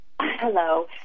hello